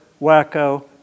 wacko